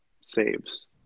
saves